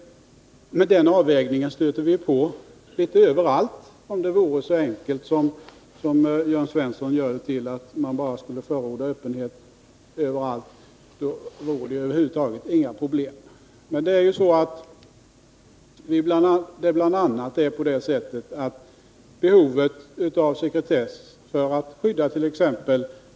Men den avvägningen stöter = retesslagen vi på litet överallt. Om det vore så enkelt som Jörn Svensson gör det till, nämligen att man skall förorda öppenhet överallt, då funnes det över huvud taget inga problem. Behovet av sekretess för att skyddat.ex.